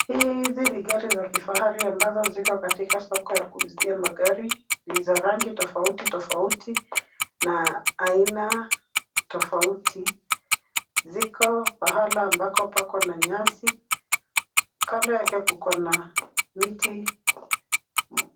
Hizi ni gari za kifahari ambazo ziko katika soko ya kuuzia magari. Ni za rangi tofauti tofauti na aina tofauti. Ziko pahala ambako pakona nyasi. Kando yake kukona miti